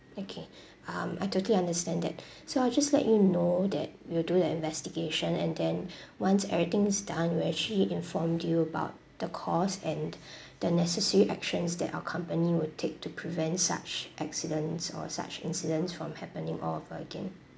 okay um I totally understand that so I'll just let you know that we'll do the investigation and then once everything's done we actually inform you about the course and the necessary actions that our company would take to prevent such accidents or such incidents from happening all over again